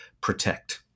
protect